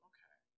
Okay